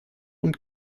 und